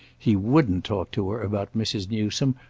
he wouldn't talk to her about mrs. newsome,